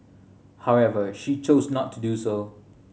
however she chose not to do so